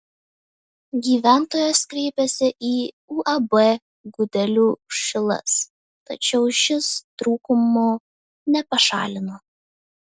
gyventojas kreipėsi į uab gudelių šilas tačiau šis trūkumų nepašalino